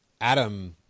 Adam